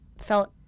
felt